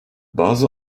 bazı